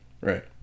right